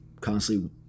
constantly